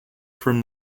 from